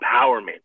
empowerment